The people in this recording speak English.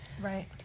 Right